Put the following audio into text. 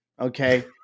Okay